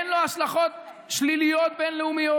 אין לו השלכות שליליות בין-לאומיות,